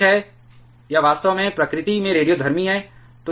एक है यह वास्तव में प्रकृति में रेडियोधर्मी है